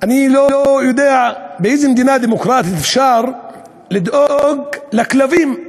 אני לא יודע באיזו מדינה דמוקרטית אפשר לדאוג לכלבים לבתים.